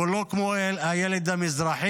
הוא לא כמו הילד המזרחי.